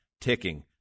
ticking